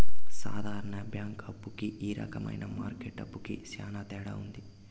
సాధారణ బ్యాంక్ అప్పు కి ఈ రకమైన మార్కెట్ అప్పుకి శ్యాన తేడా ఉంటది